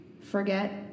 Forget